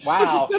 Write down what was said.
Wow